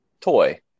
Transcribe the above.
toy